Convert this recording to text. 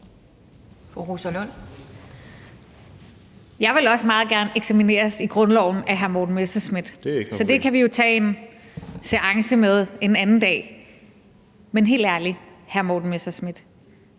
Jeg vil også meget gerne eksamineres i grundloven af hr. Morten Messerschmidt, så det kan vi jo tage en seance med en anden dag. Men helt ærligt, hr. Morten Messerschmidt,